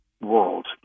world